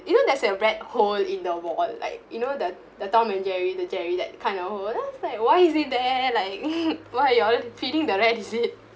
you know there's a rat hole in the wall like you know the the tom and jerry the jerry that kind of then I was like why is it there like why are you all feeding the rat is it